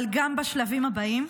אבל גם בשלבים הבאים,